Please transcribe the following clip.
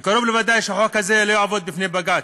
וקרוב לוודאי שהחוק הזה לא יעמוד בפני בג"ץ.